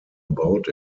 about